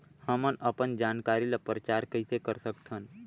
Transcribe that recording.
हमन अपन जानकारी ल प्रचार कइसे कर सकथन?